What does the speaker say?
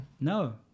No